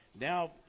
now